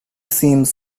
seems